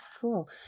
cool